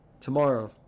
tomorrow